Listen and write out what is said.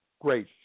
Great